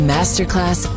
Masterclass